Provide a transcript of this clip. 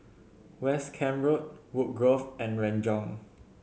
West Camp Road Woodgrove and Renjong